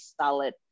solid